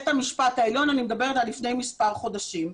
ואני מדברת על לפני מספר חודשים: